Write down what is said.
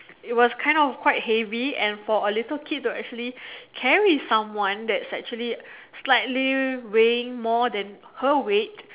it was kind of quite heavy and for a little kid to actually carry someone that's actually slightly weighing more than her weight